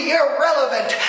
irrelevant